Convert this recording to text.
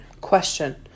Question